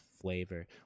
flavor